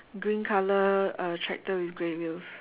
green color uh tractor with grey wheels